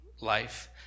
life